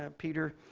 ah peter?